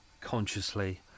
consciously